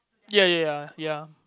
ya ya ya ya